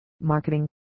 Marketing